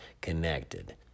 connected